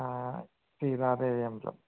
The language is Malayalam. ആ സീതാദേവി അമ്പലം